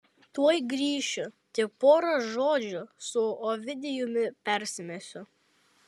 tuoj grįšiu tik pora žodžių su ovidijumi persimesiu